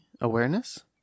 awareness